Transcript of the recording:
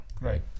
Right